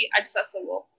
accessible